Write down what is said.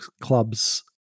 Club's –